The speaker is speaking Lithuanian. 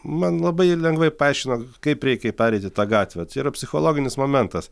man labai lengvai paaiškino kaip reikia pereiti tą gatvę čia yra psichologinis momentas